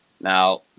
Now